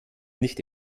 nicht